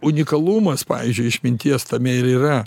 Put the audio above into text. unikalumas pavyzdžiui išminties tame ir yra